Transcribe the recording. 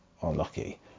unlucky